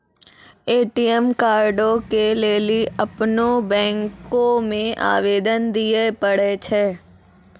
ATM कार्डो के लेली अपनो बैंको मे आवेदन दिये पड़ै छै